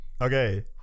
Okay